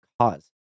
cause